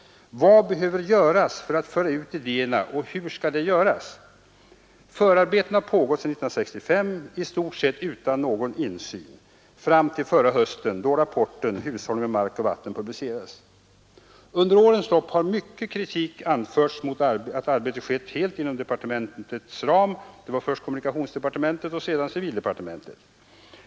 Vad behöver göras för att föra ut idéerna och hur skall det göras? Förarbetena har pågått sedan 1965 i stort sett utan någon insyn fram till förra hösten då rapporten Hushållning med mark och vatten publicerades. Under årens lopp har mycken kritik framförts mot att arbetet bedrivits helt inom departementen, först kommunikationsdepartementet och senare civildepartementet.